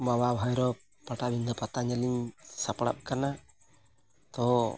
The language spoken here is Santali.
ᱵᱟᱵᱟ ᱵᱷᱳᱭᱨᱚᱵᱽ ᱯᱟᱴᱟᱵᱤᱸᱫᱟᱹ ᱯᱟᱛᱟ ᱧᱮᱞ ᱤᱧ ᱥᱟᱯᱲᱟᱜ ᱠᱟᱱᱟ ᱛᱚ